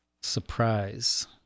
surprise